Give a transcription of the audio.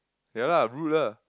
ya lah rude lah